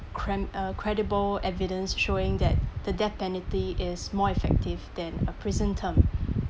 cram~ uh credible evidence showing that the death penalty is more effective than a prison term